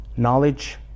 Knowledge